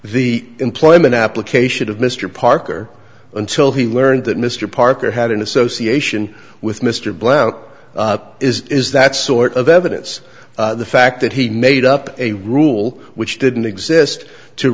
the employment application of mr parker until he learned that mr parker had an association with mr blount is that sort of evidence the fact that he made up a rule which didn't exist to